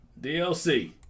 DLC